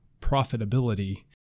profitability